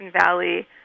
Valley